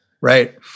Right